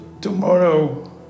Tomorrow